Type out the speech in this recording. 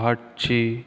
காட்சி